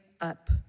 up